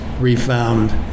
refound